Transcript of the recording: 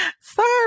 Sorry